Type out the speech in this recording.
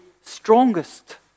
strongest